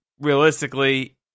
Realistically